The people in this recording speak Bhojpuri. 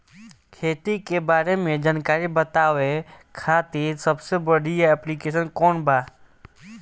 खेती के बारे में जानकारी बतावे खातिर सबसे बढ़िया ऐप्लिकेशन कौन बा?